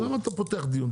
אבל למה אתה פותח דיון,